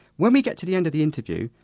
when we get to the end of the interview,